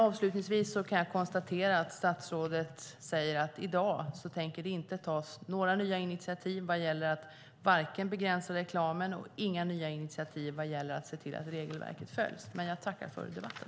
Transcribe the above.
Avslutningsvis kan jag konstatera att statsrådet säger att han i dag inte tänker ta några nya initiativ vad gäller att begränsa reklamen. Och det är inga nya initiativ vad gäller att se till att regelverket följs. Men jag tackar för debatten.